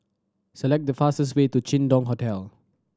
select the fastest way to Jin Dong Hotel